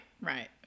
right